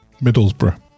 Middlesbrough